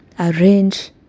Arrange